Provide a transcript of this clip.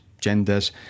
genders